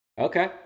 Okay